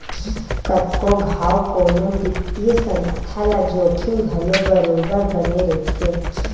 कतको घांव कोनो बित्तीय संस्था ल जोखिम घलो बरोबर बने रहिथे